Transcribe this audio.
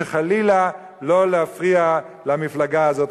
שחלילה לא להפריע למפלגה הזאת.